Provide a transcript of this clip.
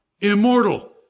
immortal